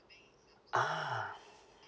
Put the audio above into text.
ah